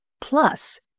plus